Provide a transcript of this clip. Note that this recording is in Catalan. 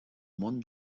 món